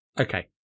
Okay